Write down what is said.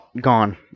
Gone